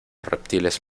reptiles